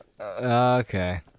okay